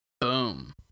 Boom